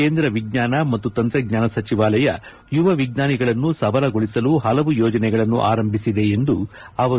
ಕೇಂದ್ರ ವಿಜ್ಞಾನ ಮತ್ತು ತಂತ್ರಜ್ಞಾನ ಸಚಿವಾಲಯ ಯುವ ವಿಜ್ವಾನಿಗಳನ್ನು ಸಬಲೀಕರಣಗೊಳಿಸಲು ಹಲವು ಯೋಜನೆಗಳನ್ನು ಆರಂಭಿಸಿದೆ ಎಂದರು